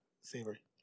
Savory